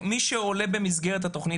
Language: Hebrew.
מי שעולה במסגרת התוכנית,